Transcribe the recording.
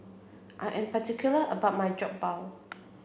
I am particular about my Jokbal